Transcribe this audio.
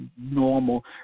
normal